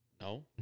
No